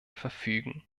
verfügen